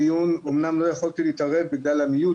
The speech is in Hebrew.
לא יכולתי להתערב בגלל שהייתה השתקה (מיוט),